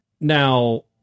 Now